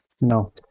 No